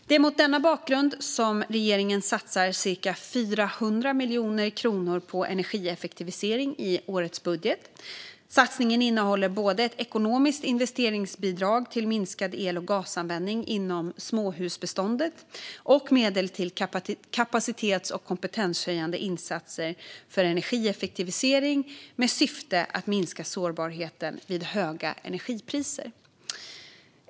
Det är mot denna bakgrund som regeringen satsar cirka 400 miljoner kronor på energieffektivisering i årets budget. Satsningen innehåller både ett ekonomiskt investeringsbidrag till minskad el och gasanvändning inom småhusbeståndet och medel till kapacitets och kompetenshöjande insatser för energieffektivisering med syfte att minska sårbarheten vid höga energipriser.